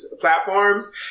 platforms